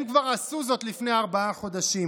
הם כבר עשו זאת לפני ארבעה חודשים.